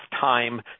time